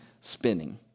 spinning